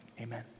amen